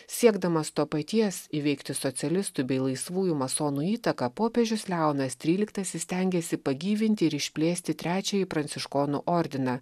siekdamas to paties įveikti socialistų bei laisvųjų masonų įtaką popiežius leonas tryliktasis stengėsi pagyvinti ir išplėsti trečiąjį pranciškonų ordiną